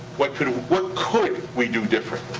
what could what could we do differently?